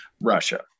Russia